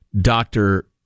Doctor